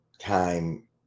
Time